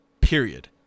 Period